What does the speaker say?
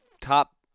top